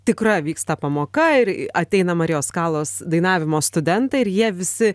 tikra vyksta pamoka ir ateina marijos kalos dainavimo studentai ir jie visi